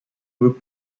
group